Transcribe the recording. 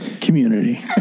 community